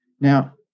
Now